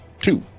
two